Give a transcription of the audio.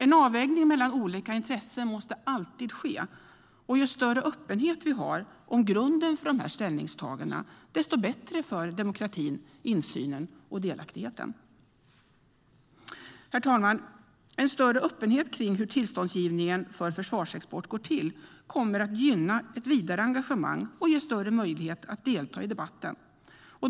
En avvägning mellan olika intressen måste alltid ske, och ju större öppenhet vi har om grunden för dessa ställningstaganden desto bättre är det för demokratin, insynen och delaktigheten. Herr talman! En större öppenhet kring hur tillståndsgivningen för försvarsexport går till kommer att gynna ett vidare engagemang och ge större möjlighet att delta i debatten.